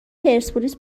پرسپولیس